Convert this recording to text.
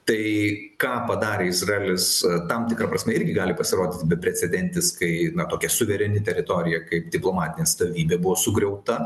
tai ką padarė izraelis tam tikra prasme irgi gali pasirodyt beprecedentis kai tokia suvereni teritorija kaip diplomatinė atstovybė buvo sugriauta